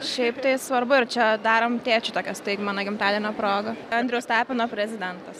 šiaip tai svarbu ir čia darom tėčiui tokią staigmeną gimtadienio proga andriaus tapino prezidentas